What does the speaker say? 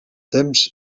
temps